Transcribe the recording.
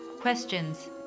questions